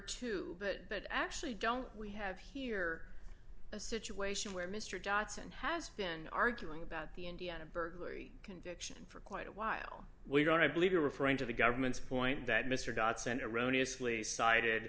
two but that actually don't we have here a situation where mr dotson has been arguing about the indiana burglary conviction for quite a while we don't i believe you're referring to the government's point that mr dotson eroni asli sided